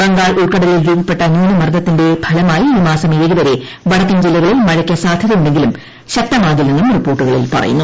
ബംഗാൾ ഉൾക്കടലിൽ രൂപപ്പെട്ട ന്യൂനമർദ്ദത്തിന്റെ ഫലമായി ഈ മാസം ഏഴ്ച് വരെ വടക്കൻ ജില്ലകളിൽ മഴയ്ക്ക് സാധ്യതയുണ്ടെങ്കിലൂർ ൽക്തമാകില്ലെന്നും റിപ്പോർട്ടുകളിൽ പറയുന്നു